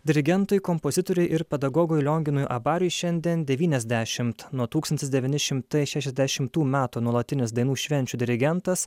dirigentui kompozitoriui ir pedagogui lionginui abariui šiandien devyniasdešimt nuo tūkstamtis devyni šimtai šešiasdešimtų metų nuolatinis dainų švenčių dirigentas